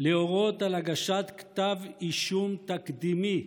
להורות על הגשת כתב אישום תקדימי,